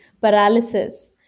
paralysis